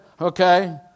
Okay